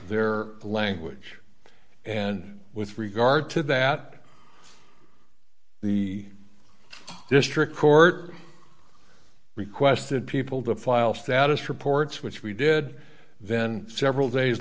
their language and with regard to that the district court requested people to file status reports which we did then several days